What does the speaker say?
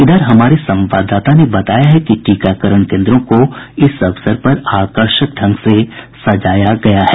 इधर हमारे संवाददाता ने बताया है कि टीकाकरण केन्द्रों को इस अवसर पर आकर्षक ढंग से सजाया गया है